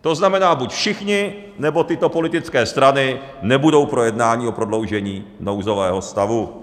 To znamená buď všichni, nebo tyto politické strany nebudou pro jednání o prodloužení nouzového stavu.